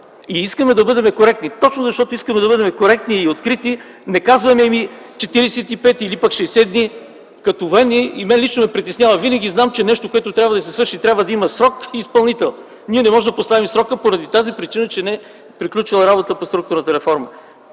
Искаме да бъдем коректни. Точно, защото искаме да бъдем коректни и открити не казваме 45 или пък 60 дни. Като военен и мен лично ме притеснява, защото винаги знам, че нещо, което трябва да се свърши, трябва да има срок и изпълнител. Ние не можем да поставим срока, поради тази причина че не е приключила работата в структурната реформа.